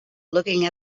looking